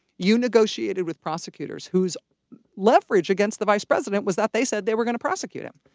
you negotiated with prosecutors whose leverage against the vice president was that they said they were gonna prosecute him.